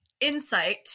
insight